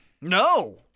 No